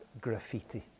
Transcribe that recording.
graffiti